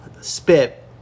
spit